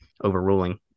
overruling